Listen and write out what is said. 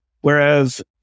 Whereas